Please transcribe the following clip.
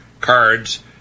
cards